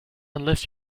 unless